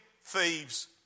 thieves